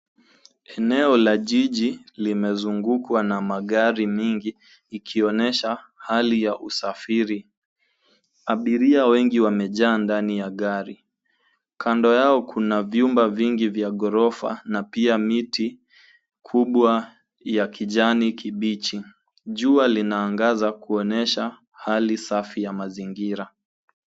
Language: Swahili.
Eneo la jiji limezungukwa na magari mengi ikionyesha hali ya usafiri. Abiria wengi wamejaa ndani ya gari, kando yao kuna vyumba vingi vya ghorofa na pia miti kubwa ya kijani kibichi. jua linaangaza kuonyesha hali safi ya mazingira.